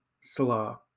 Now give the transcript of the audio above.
salah